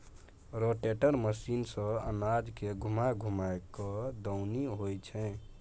rotator machine सँ अनाज के घूमा घूमा कय दऊनी होइ छै